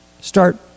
Start